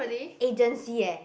agency eh